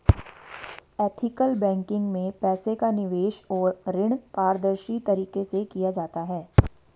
ethical banking में पैसे का निवेश और ऋण पारदर्शी तरीके से किया जाता है